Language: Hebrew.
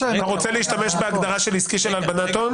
אתה רוצה להשתמש בהגדרה של עסקי של הלבנת הון?